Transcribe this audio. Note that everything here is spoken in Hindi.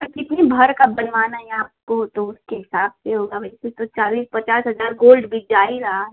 तो कितनी भर का बनवाना है आपको तो उसके हिसाब से होगा वैसे तो चालीस पचास हज़ार गोल्ड बिक जा ही रहा है